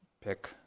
pick